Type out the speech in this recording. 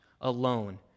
alone